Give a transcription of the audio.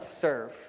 serve